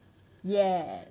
ya